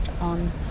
on